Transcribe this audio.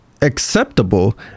acceptable